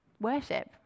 Worship